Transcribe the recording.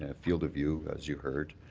ah field of view as you heard,